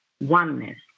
oneness